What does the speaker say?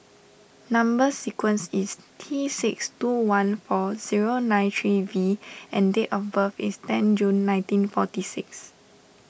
Number Sequence is T six two one four zero nine three V and date of birth is tenth June nineteen forty six